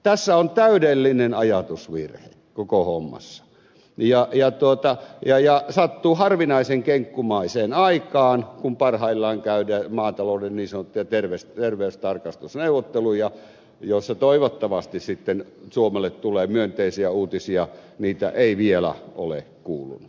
tässä on täydellinen ajatusvirhe koko hommassa ja se sattuu harvinaisen kenkkumaiseen aikaan kun parhaillaan käydään maatalouden niin sanottuja terveystarkastusneuvotteluja joista toivottavasti sitten suomelle tulee myönteisiä uutisia niitä ei vielä ole kuulunut